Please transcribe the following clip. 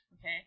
Okay